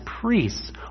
priests